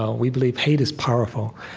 ah we believe hate is powerful.